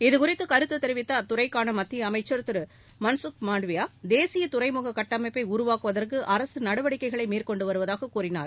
இதுகுறித்து கருத்து தெரிவித்த அத்துறைக்கான மத்தியஅமைச்சர் திரு மள்சுக்மாண்ட்வியா தேசிய துறைமுக கட்டமைப்பை உருவாக்குவதற்கு அரசுநடவடிக்கைகளை மேற்கொண்டு வருவதாக கூறினார்